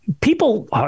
people